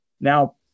now